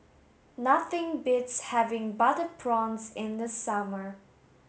nothing beats having butter prawns in the summer